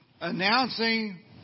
announcing